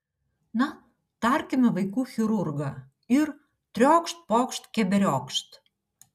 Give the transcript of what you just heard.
na tarkime vaikų chirurgą ir triokšt pokšt keberiokšt